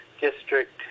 district